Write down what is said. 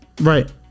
right